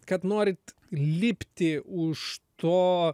kad norit lipti už to